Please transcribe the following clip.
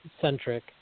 centric